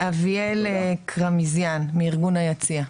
אביאל קרמזיאן מארגון ה"יציע",